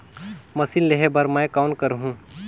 Machine लेहे बर मै कौन करहूं?